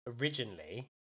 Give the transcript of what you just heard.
originally